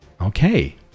Okay